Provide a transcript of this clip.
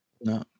No